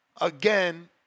Again